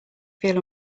feel